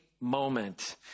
Moment